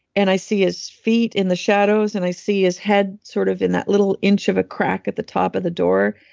and i see his feet in the shadows, and i see his head sort of in that little inch of a crack at the top of the door.